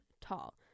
tall